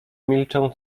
milczą